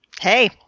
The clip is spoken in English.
hey